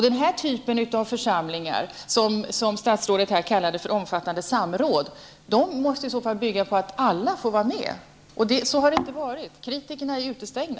Den typ av förhandlingar som statrådet kallade för omfattande samråd måste i så fall bygga på att alla får vara med. Så har det inte varit -- kritikerna har varit utestängda.